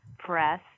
Press